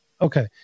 Okay